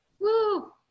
Woo